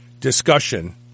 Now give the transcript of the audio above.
discussion